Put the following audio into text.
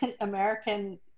American